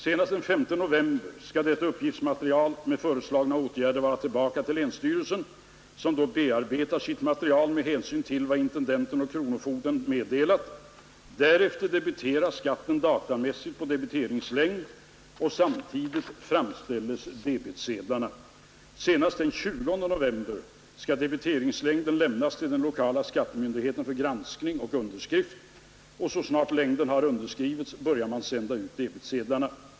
Senast den 5 november skall detta uppgiftsmaterial med föreslagna åtgärder vara tillbaka till länsstyrelsen, som bearbetar sitt material med hänsyn till vad taxeringsintendenten eller kronofogdemyndigheten meddelat. Därefter debiteras skatten datamässigt på debiteringslängd och samtidigt framställs debetsedlarna. Senast den 20 november skall debiteringslängden lämnas till den lokala skattemyndigheten för granskning och underskrift. Så snart längden har underskrivits börjar man sända ut debetsedlarna.